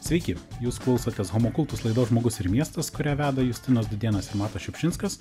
sveiki jūs klausotės homo kultus laidos žmogus ir miestas kurią veda justinas dudėnas matas šiupšinskas